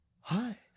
hi